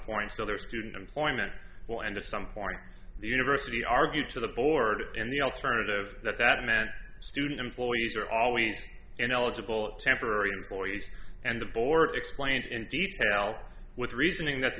point so their student employment will end at some point the university argued to the board in the alternative that that meant student employees are always ineligible temporary employees and the board explained in detail with reasoning that the